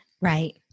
Right